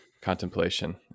contemplation